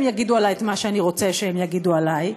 יגידו עלי את מה שאני רוצה שהם יגידו עלי,